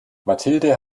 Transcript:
mathilde